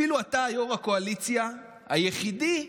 אפילו אתה, יו"ר הקואליציה, היחידי,